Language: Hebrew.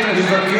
מתפלל,